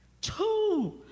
Two